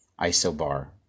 isobar